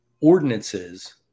ordinances